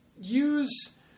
use